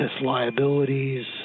liabilities